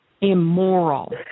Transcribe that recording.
immoral